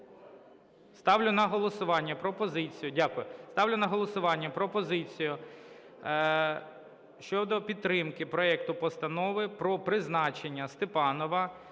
Ставлю на голосування пропозицію щодо підтримки проекту Постанови про призначення Степанова